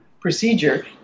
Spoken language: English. procedure